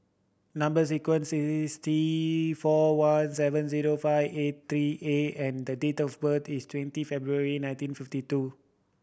number sequence is T four one seven zero five eight three A and the date of birth is twenty February nineteen fifty two